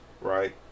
right